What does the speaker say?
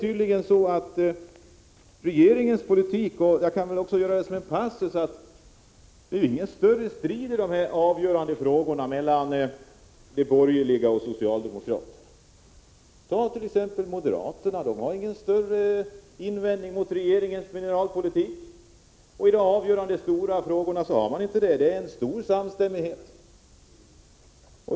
Jag kan också som en passus säga att det inte är någon större strid i de här avgörande frågorna mellan de borgerliga och socialdemokraterna. Ta t.ex. moderaterna, de har ingen större invändning mot regeringens mineralpolitik. I de avgörande stora frågorna har man inte det. Det är en stor samstämmighet.